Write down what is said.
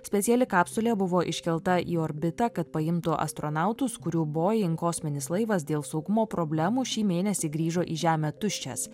speciali kapsulė buvo iškelta į orbitą kad paimtų astronautus kurių boin kosminis laivas dėl saugumo problemų šį mėnesį grįžo į žemę tuščias